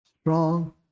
strong